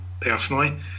personally